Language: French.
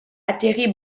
atterrit